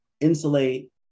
insulate